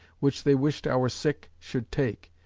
which they wished our sick should take,